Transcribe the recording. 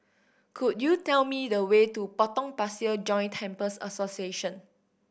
could you tell me the way to Potong Pasir Joint Temples Association